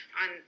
on